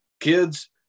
kids